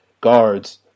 guards